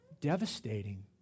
Devastating